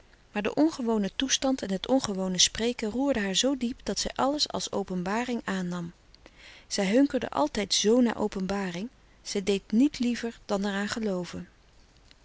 maar de ongewone toestand en het ongewone spreken roerde haar zoo diep dat zij alles als openbaring aannam zij hunkerde altijd zoo naar openbaring zij deed niet liever dan er aan gelooven